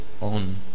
on